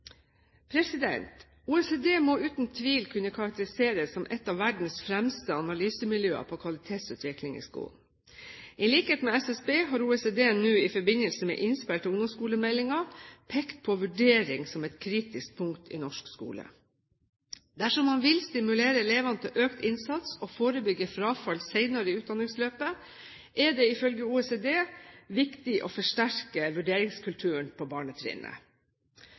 OECD må uten tvil kunne karakteriseres som et av verdens fremste analysemiljøer på kvalitetsutvikling i skolen. I likhet med SSB har OECD nå i forbindelse med innspill til ungdomsskolemeldingen pekt på vurdering som et kritisk punkt i norsk skole. Dersom man vil stimulere elevene til økt innsats og forebygge frafall senere i utdanningsløpet, er det ifølge OECD viktig å forsterke vurderingskulturen på barnetrinnet.